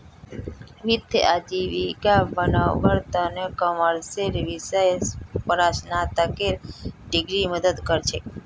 वित्तीय आजीविका बनव्वार त न कॉमर्सेर विषयत परास्नातकेर डिग्री मदद कर छेक